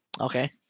Okay